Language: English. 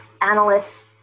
analysts